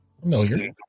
Familiar